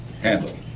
handle